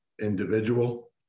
individual